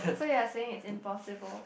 so you are saying is impossible